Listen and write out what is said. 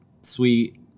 Sweet